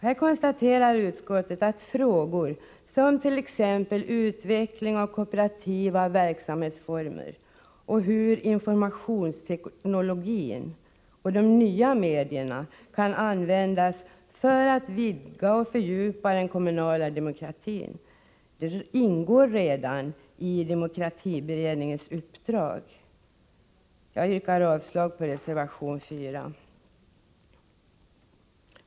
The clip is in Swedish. Här konstaterar utskottsmajoriteten att frågor som utveckling av kooperativa verksamhetsformer, hur informationsteknologin och de nya medierna kan användas för att vidga och fördjupa den kommunala demokratin, osv., redan ingår i demokratiberedningens uppdrag. Jag yrkar därför avslag på reservation 4.